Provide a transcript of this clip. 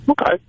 Okay